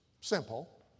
Simple